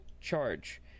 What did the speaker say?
charge